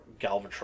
Galvatron